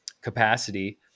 capacity